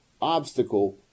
obstacle